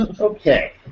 Okay